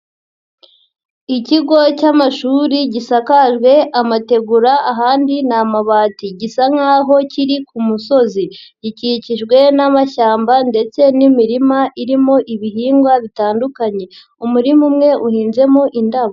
Ikigo cy'amashuri gisakajwe amategura ahandi ni amabati. Gisa nk'aho kiri ku musozi. Gikikijwe n'amashyamba ndetse n'imirima irimo ibihingwa bitandukanye. Umurima umwe uhinzemo indabo.